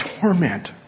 torment